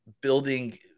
building